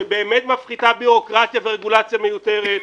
שבאמת מפחיתה בירוקרטיה ורגולציה מיותרת,